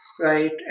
right